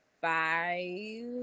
five